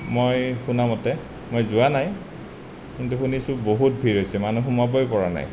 মই শুনামতে মই যোৱা নাই কিন্তু শুনিছোঁ বহুত ভিৰ হৈছে মানুহ সোমাবই পৰা নাই